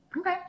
Okay